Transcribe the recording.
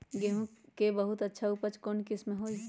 गेंहू के बहुत अच्छा उपज कौन किस्म होई?